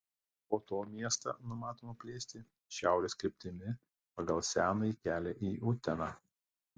po to miestą numatoma plėsti šiaurės kryptimi pagal senąjį kelią į uteną